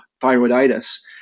thyroiditis